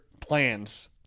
plans